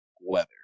weather